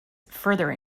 further